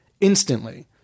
instantly